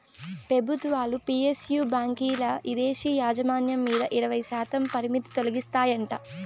పెబుత్వాలు పి.ఎస్.యు బాంకీల్ల ఇదేశీ యాజమాన్యం మీద ఇరవైశాతం పరిమితి తొలగిస్తాయంట